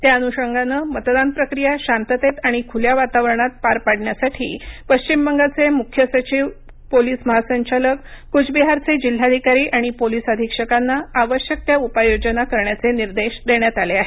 त्या अनुषंगानं मतदान प्रक्रिया शांततेत आणि खुल्या वातावरणात पार पडण्यासाठी पश्रिचम बंगालचे मुख्य सचिव पोलिस महासंचालक कूचबिहारचे जिल्हाधिकारी आणि पोलीस अधीक्षकांना आवश्यक त्या उपाययोजना करण्याचे निर्देश देण्यात आले आहेत